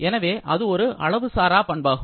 எனவே அது ஒரு அளவு சாரா பண்பாகும்